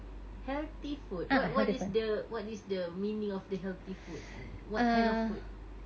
healthy food what what is the what is the meaning of the healthy food what kind of food